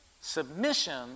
Submission